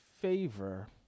favor